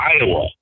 Iowa